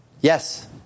Yes